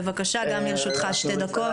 בבקשה, גם לרשותך שתי דקות.